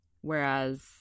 whereas